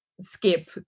skip